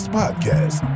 podcast